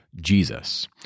Jesus